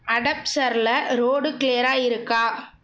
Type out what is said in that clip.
அடப்சரில் road கிளியராக இருக்கா